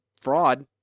fraud